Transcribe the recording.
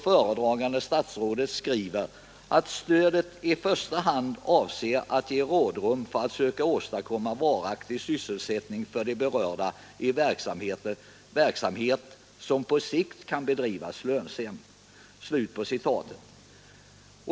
Föredragande statsrådet skriver nämligen ”att stödet i första hand avser att ge rådrum för att söka åstadkomma varaktig sysselsättning för de berörda i verksamhet som på sikt kan bedrivas lönsamt”.